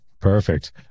Perfect